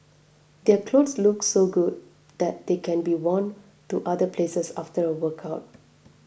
their clothes look so good that they can be worn to other places after a workout